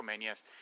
yes